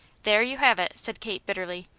there you have it! said kate, bitterly.